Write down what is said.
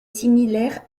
similaire